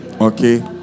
Okay